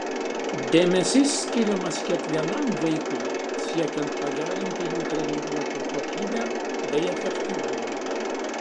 dėmesys skiriamas kiekvienam vaikui siekiant pagerinti jų treniruočių kokybę bei efektyvumą